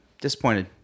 Disappointed